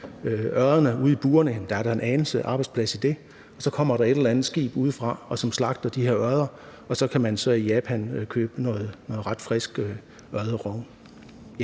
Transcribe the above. Der er da en smule arbejdspladser i det. Så kommer der et eller andet skib udefra, som slagter de her ørreder, og så kan man i Japan købe noget ret frisk ørredrogn.